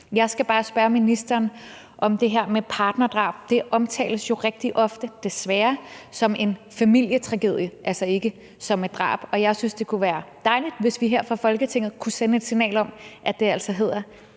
Jeg skal bare spørge ministeren om det her med partnerdrab. Det omtales jo desværre rigtig ofte som en familietragedie, altså ikke som et drab. Jeg synes, det kunne være dejligt, hvis vi her fra Folketinget kunne sende et signal om, at det altså hedder